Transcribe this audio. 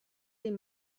dem